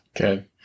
Okay